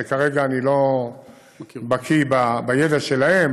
שכרגע אני לא בקי בידע שלהם,